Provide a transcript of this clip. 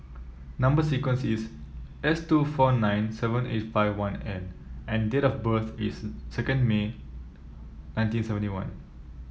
number sequence is S two four nine seven eight five one N and date of birth is second May nineteen seventy one